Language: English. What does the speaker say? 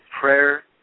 prayer